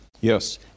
Yes